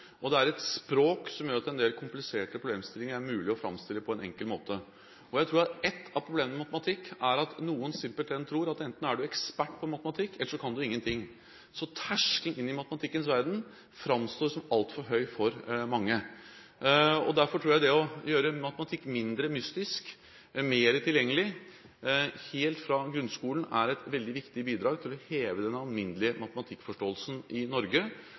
det er et språk som gjør at en del kompliserte problemstillinger er mulig å framstille på en enkel måte. Jeg tror at et av problemene med matematikk er at noen simpelthen tror at enten er du ekspert på matematikk, eller så kan du ingen ting. Terskelen inn i matematikkens verden framstår som altfor høy for mange. Derfor tror jeg det å gjøre matematikk mindre mystisk og mer tilgjengelig helt fra grunnskolen er et veldig viktig bidrag til å heve den alminnelige matematikkforståelsen i Norge.